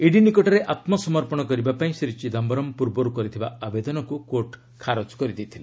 ED ନିକଟରେ ଆତ୍କ ସମର୍ପଣ କରିବା ପାଇଁ ଶ୍ରୀ ଚିଦାମ୍ଘରମ୍ ପୂର୍ବରୁ କରିଥିବା ଆବେଦନକୁ କୋର୍ଟ୍ ଖାରଜ କରିଦେଇଥିଲେ